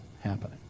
happening